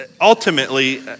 Ultimately